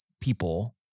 people